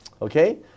Okay